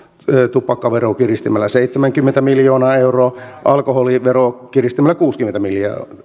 tupakkaveroa kiristämällä seitsemänkymmentä miljoonaa euroa alkoholiveroa kiristämällä kuusikymmentä miljoonaa